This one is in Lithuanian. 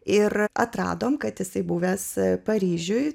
ir atradom kad jisai buvęs paryžiuje